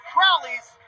Crowleys